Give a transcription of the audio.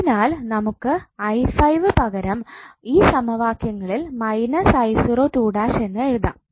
അതിനാൽ നമുക്ക് 𝑖5 പകരം ഈ സമവാക്യങ്ങളിൽ −𝑖0′′ എന്ന് എഴുതാം